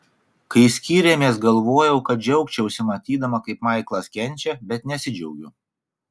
kai skyrėmės galvojau kad džiaugčiausi matydama kaip maiklas kenčia bet nesidžiaugiu